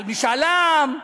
על משאל עם,